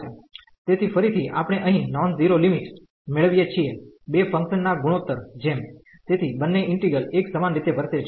તેથી ફરીથી આપણે અહીં નોન ઝીરો લિમિટ મેળવીએ છીએ બે ફંકશન ના ગુણોત્તર જેમ તેથી બન્ને ઈન્ટિગ્રલ એક સમાન રીતે વર્તે છે